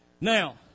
Now